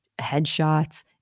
headshots